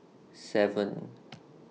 seven